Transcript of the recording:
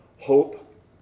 hope